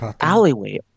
alleyway